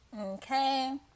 Okay